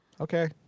Okay